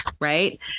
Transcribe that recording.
right